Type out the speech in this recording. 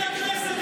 לקצין הכנסת,